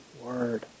word